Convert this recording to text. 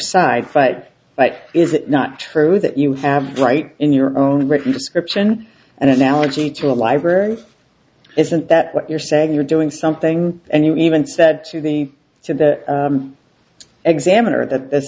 right but is it not true that you have right in your own written description and analogy to a library isn't that what you're saying you're doing something and you even said to me to the examiner that this